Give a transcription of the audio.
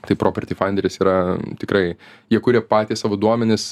tai property fainderis yra tikrai jie kuria patys savo duomenis